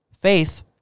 Faith